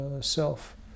self